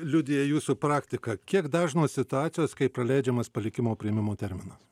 liudija jūsų praktika kiek dažnos situacijos kai praleidžiamas palikimo priėmimo terminas